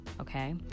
Okay